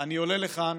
אני עולה לכאן,